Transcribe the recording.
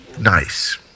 nice